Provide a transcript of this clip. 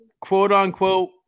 quote-unquote